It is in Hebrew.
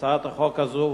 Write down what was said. הצעת החוק הזאת